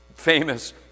famous